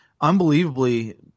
unbelievably